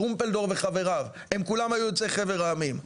טרומפלדור וחבריו, הם כולם היו יוצאי חבר העמים.